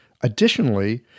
Additionally